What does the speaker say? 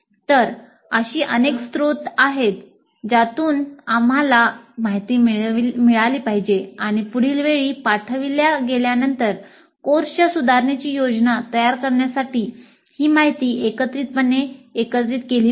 तर अशी अनेक स्त्रोत आहेत ज्यातून आम्हाला माहिती मिळाली पाहिजे आणि पुढील वेळी पाठविल्या गेल्यानंतर कोर्सच्या सुधारणेची योजना तयार करण्यासाठी ही माहिती एकत्रितपणे एकत्रित केली पाहिजे